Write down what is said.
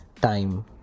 time